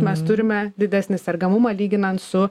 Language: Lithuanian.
mes turime didesnį sergamumą lyginant su